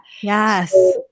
Yes